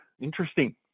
Interesting